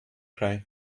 cry